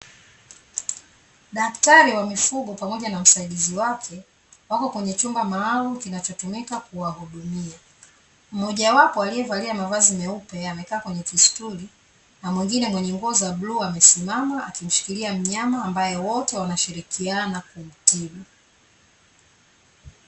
Daktari wa mifugo pamoja na msaidizi wake wako kwenye chumba maalumu kinachotumika kuwahudumia. Mmoja wapo aliyevalia mavazi meupe amekaa kwenye kistuli na mwengine mwenye nguo za buluu amesimama akimshikilia mnyama ambaye wote wanashirikiana kumtibu.